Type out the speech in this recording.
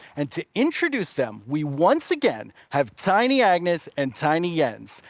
and to introduce them, we once again have tiny agnes and tiny jens.